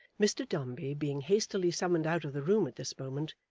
mr dombey being hastily summoned out of the room at this moment,